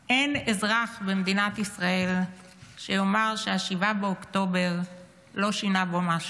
אין אזרח במדינת ישראל שיאמר ש-7 באוקטובר לא שינה בו משהו.